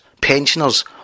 pensioners